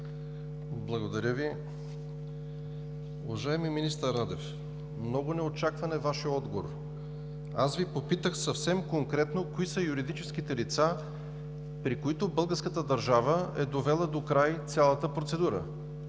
Благодаря Ви. Уважаеми министър Радев, много неочакван е Вашият отговор. Аз Ви попитах съвсем конкретно: кои са юридическите лица, при които българската държава е довела до край цялата процедура?